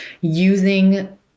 using